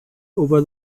over